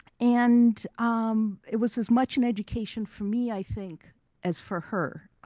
and um it was as much an education for me i think as for her,